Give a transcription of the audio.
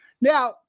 Now